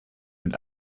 mit